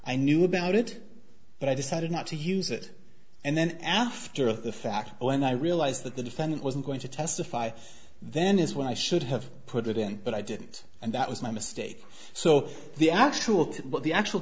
i knew about it but i decided not to use it and then after the fact when i realized that the defendant wasn't going to testify then is when i should have put it in but i didn't and that was my mistake so the actual what the actual